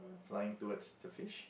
flying towards the fish